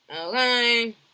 Okay